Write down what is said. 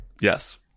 yes